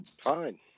Fine